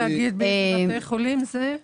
אימאן ח'טיב יאסין (רע"מ,